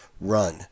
run